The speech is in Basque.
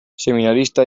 seminarista